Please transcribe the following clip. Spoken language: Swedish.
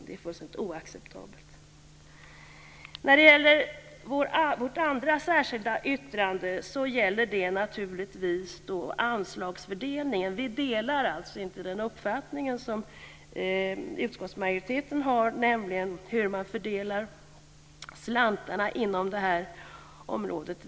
Det är fullständigt oacceptabelt. Vårt andra särskilda yttrande gäller anslagsfördelningen. Vi delar inte den uppfattning som utskottsmajoriteten har, nämligen hur man fördelar slantarna inom området.